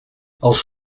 als